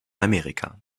amerika